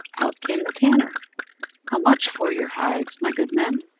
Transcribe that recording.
out came the tanner how much for your hides, my good men?